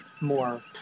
more